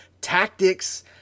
tactics